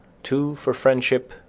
two for friendship,